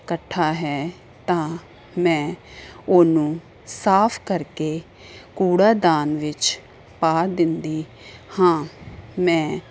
ਇਕੱਠਾ ਹੈ ਤਾਂ ਮੈਂ ਉਹਨੂੰ ਸਾਫ਼ ਕਰਕੇ ਕੂੜਾਦਾਨ ਵਿੱਚ ਪਾ ਦਿੰਦੀ ਹਾਂ ਮੈਂ